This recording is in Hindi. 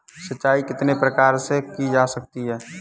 सिंचाई कितने प्रकार से की जा सकती है?